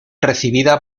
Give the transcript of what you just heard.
recibida